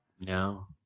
No